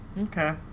Okay